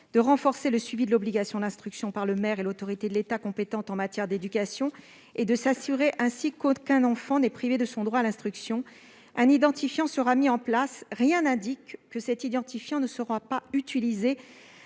de renforcer le suivi de l'obligation d'instruction par le maire et l'autorité de l'État compétente en matière d'éducation et de s'assurer ainsi qu'aucun enfant n'est privé de son droit à l'instruction ». Autrement dit, rien n'indique que cet identifiant ne sera pas utilisé